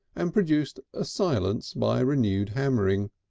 and produced a silence by renewed hammering.